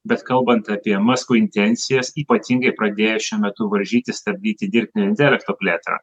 bet kalbant apie musko intencijas ypatingai pradėjo šiuo metu varžytis stabdyti dirbtinio intelekto plėtrą